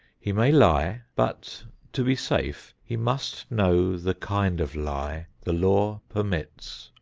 he may lie, but to be safe he must know the kind of lie the law permits.